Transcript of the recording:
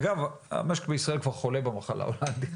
אגב, המשק בישראל כבר חולה במחלה ההולנדית,